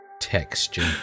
texture